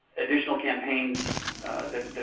additional campaigns that